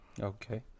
Okay